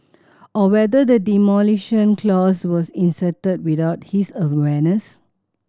or whether the demolition clause was inserted without his awareness